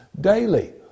daily